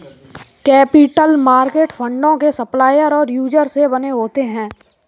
capital market फंडों के supplier और यूजर से बने होते हैं